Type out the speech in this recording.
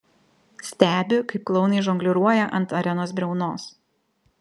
stebi kaip klounai žongliruoja ant arenos briaunos